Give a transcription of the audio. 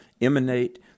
emanate